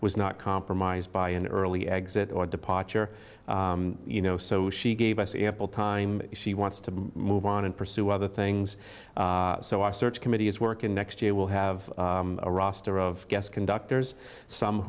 was not compromised by an early exit or departure you know so she gave us ample time she wants to move on and pursue other things so our search committee is working next year will have a roster of guest conductors some